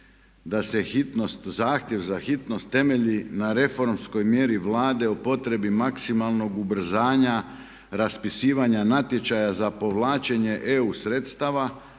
da se zahtjev za hitnost temelji na reformskoj mjeri Vlade o potrebi maksimalnog ubrzanja raspisivanja natječaja za povlačenje EU sredstava